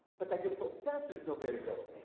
but that your professors know very little.